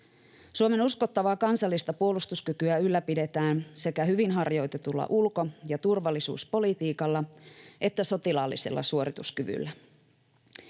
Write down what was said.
Suomen uskottavaa kansallista puolustuskykyä ylläpidetään sekä hyvin harjoitetulla ulko‑ ja turvallisuuspolitiikalla että sotilaallisella suorituskyvyllä.